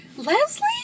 Leslie